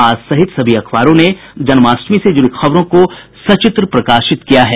आज सहित सभी अखबारों ने कृष्ण जन्माष्टमी से जुड़ी खबरों को सचित्र प्रकाशित किया है